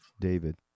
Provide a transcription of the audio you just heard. David